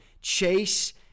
Chase